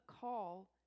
call